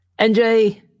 NJ